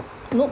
nope